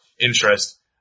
interest